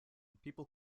people